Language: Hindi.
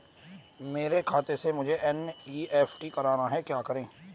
मेरे खाते से मुझे एन.ई.एफ.टी करना है क्या करें?